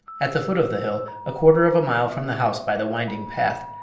at the foot of the hill, a quarter of a mile from the house by the winding path,